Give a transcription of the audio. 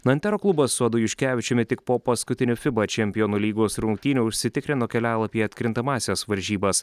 nantero klubas su adu juškevičiumi tik po paskutinių fiba čempionų lygos rungtynių užsitikrino kelialapį į atkrintamąsias varžybas